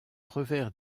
revers